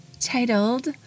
titled